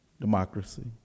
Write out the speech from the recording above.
democracy